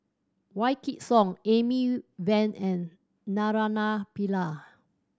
Wykidd Song Amy Van and Naraina Pillai